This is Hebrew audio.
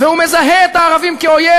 והוא מזהה את הערבים כאויב,